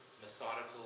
methodical